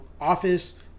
office